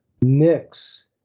mix